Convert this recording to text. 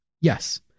Yes